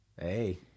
Hey